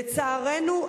לצערנו,